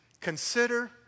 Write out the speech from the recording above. Consider